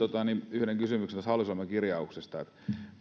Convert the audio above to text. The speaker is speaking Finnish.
yhden kysymyksen hallitusohjelman kirjauksesta mitä